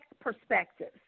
perspectives